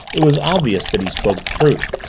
it was obvious that he spoke the truth.